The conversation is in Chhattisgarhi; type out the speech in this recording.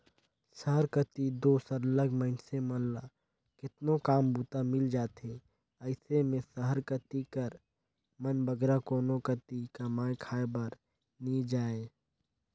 सहर कती दो सरलग मइनसे मन ल केतनो काम बूता मिल जाथे अइसे में सहर कती कर मन बगरा कोनो कती कमाए खाए बर नी जांए